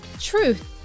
truth